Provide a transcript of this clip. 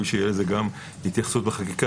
ראוי שתהיה לזה התייחסות בחקיקה.